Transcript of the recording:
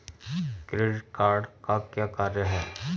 Credit card का क्या कार्य है?